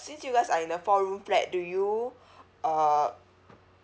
since you guys are in the four room flat do you uh